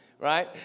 Right